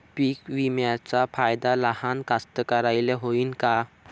पीक विम्याचा फायदा लहान कास्तकाराइले होईन का?